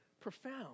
profound